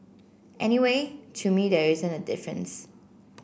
anyway to me there isn't a difference